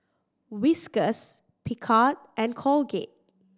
Whiskas Picard and Colgate